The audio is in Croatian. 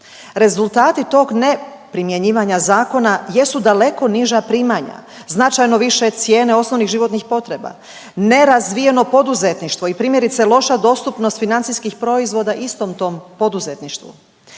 Rezultati tog neprimjenjivanja zakona jesu daleko niža primanja, značajno više cijene osnovnih životnih potreba, nerazvijeno poduzetništvo i primjerice, loša dostupnost financijskih proizvoda istom tom poduzetništvu.